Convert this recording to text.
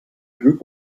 group